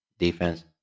Defense